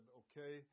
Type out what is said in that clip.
okay